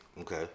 Okay